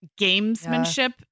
gamesmanship